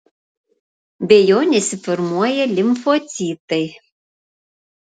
be jo nesiformuoja limfocitai